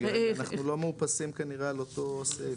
אנחנו לא מאופסים כנראה על אותו סעיף.